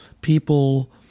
people